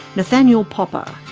nathaniel popper